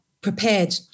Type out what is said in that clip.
prepared